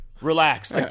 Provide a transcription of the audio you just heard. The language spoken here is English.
relax